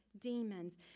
demons